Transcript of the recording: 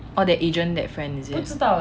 oh agent that friend is it